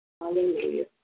Hallelujah